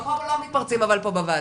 פה לא מתפרצים פה בוועדה.